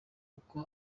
uko